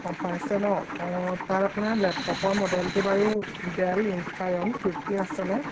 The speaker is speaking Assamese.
অঁ পাইছে ন অঁ তাত আপোনাৰ লেপটপৰ মডেলটো বাৰু ডেল ইঞ্চপাইৰণ ফিফটিন আছেনে